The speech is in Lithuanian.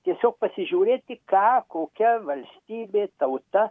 tiesiog pasižiūrėti ką kokia valstybė tauta